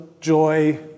joy